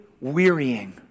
wearying